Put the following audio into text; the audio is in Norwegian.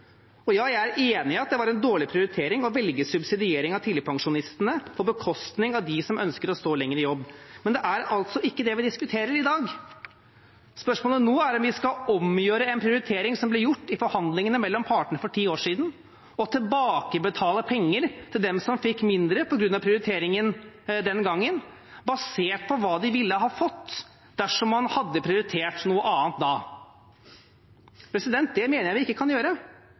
Og ja, jeg er enig i at det var en dårlig prioritering å velge subsidiering av tidligpensjonistene på bekostning av dem som ønsket å stå lenger i jobb, men det er altså ikke det vi diskuterer i dag. Spørsmålet nå er om vi skal omgjøre en prioritering som ble gjort i forhandlingene mellom partene for ti år siden, og tilbakebetale penger til dem som fikk mindre på grunn av prioriteringen den gangen, basert på hva de ville ha fått dersom man hadde prioritert noe annet da. Det mener jeg vi ikke kan gjøre.